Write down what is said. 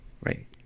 right